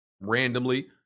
randomly